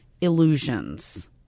illusions